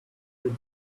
you